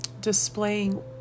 displaying